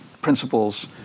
principles